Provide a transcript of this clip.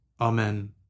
Amen